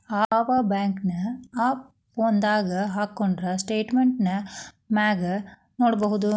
ಆಯಾ ಬ್ಯಾಂಕಿನ್ ಆಪ್ ಫೋನದಾಗ ಹಕ್ಕೊಂಡ್ರ ಸ್ಟೆಟ್ಮೆನ್ಟ್ ನ ಮನ್ಯಾಗ ನೊಡ್ಬೊದು